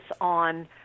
on